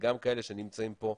וגם מאלה שנמצאים פה,